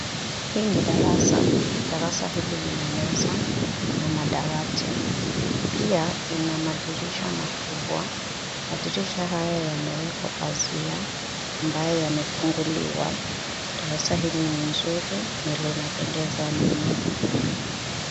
Hii ni darasa. Darasa hili lina meza na madawati. Pia ina madirisha makubwa. Madirisha haya yanawekwa pazia, ambayo yamefunguliwa. Darasa hili ni zuri na linapendeza mno.